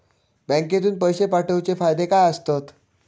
बँकेतून पैशे पाठवूचे फायदे काय असतत?